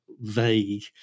vague